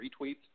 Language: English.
retweets